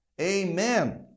Amen